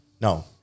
no